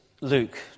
Luke